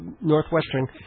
Northwestern